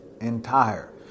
entire